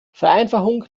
vereinfachung